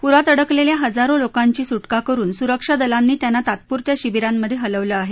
पुरात अडकलेल्या हजारो लोकांची सुटका करुन सुरक्षा दलांनी त्यांना तात्पुरत्या शिबीरांमधे हलवलं आहे